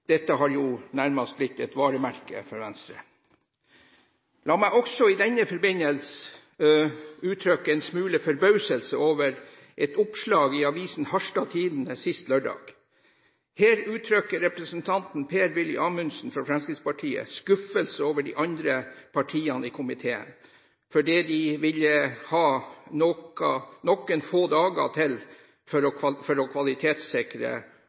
Dette har nærmest blitt et varemerke for Venstre. La meg i denne forbindelse også uttrykke en smule forbauselse over et oppslag i avisen Harstad Tidende sist lørdag. Her uttrykker representanten Per-Willy Amundsen fra Fremskrittspartiet skuffelse over de andre partiene i komiteen, fordi de ville ha noen få dager til for å kvalitetssikre